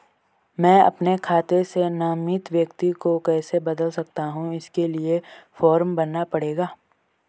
मैं अपने खाते से नामित व्यक्ति को कैसे बदल सकता हूँ इसके लिए फॉर्म भरना पड़ेगा?